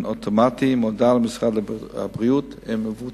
אוטומטי עם הודעה למשרד הבריאות ולמבוטחים.